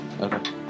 Okay